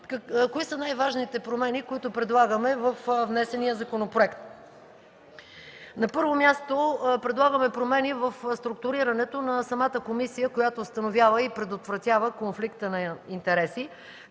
Кои са най-важните промени, които предлагаме във внесения законопроект? На първо място, предлагаме промени в структурирането на самата комисия, която установява и предотвратява конфликта на интереси,